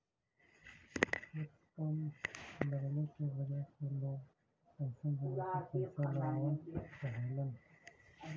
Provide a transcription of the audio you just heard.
tax कम लगले के वजह से लोग अइसन जगह पर पइसा लगावल चाहलन